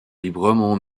librement